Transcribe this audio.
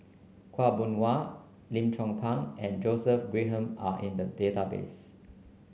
Khaw Boon Wan Lim Chong Pang and Joseph Grimberg are in the database